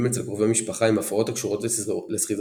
אצל קרובי משפחה עם הפרעות הקשורות לסכיזופרניה,